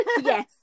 Yes